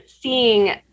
seeing